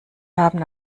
haben